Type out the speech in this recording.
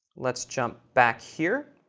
let's jump back here,